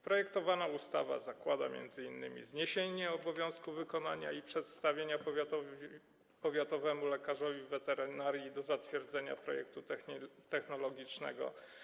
Projektowana ustawa zakłada m.in. zniesienie obowiązku wykonania i przedstawienia powiatowemu lekarzowi weterynarii do zatwierdzenia projektu technologicznego.